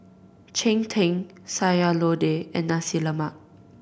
cheng tng Sayur Lodeh and Nasi Lemak